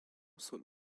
soll